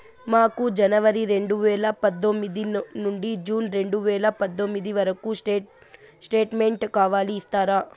మాకు జనవరి రెండు వేల పందొమ్మిది నుండి జూన్ రెండు వేల పందొమ్మిది వరకు స్టేట్ స్టేట్మెంట్ కావాలి ఇస్తారా